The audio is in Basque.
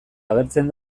agertzen